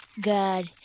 God